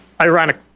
ironic